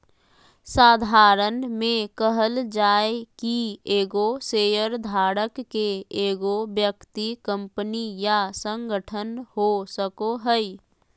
साधारण में कहल जाय कि एगो शेयरधारक के एगो व्यक्ति कंपनी या संगठन हो सको हइ